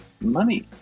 Money